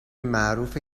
معروفه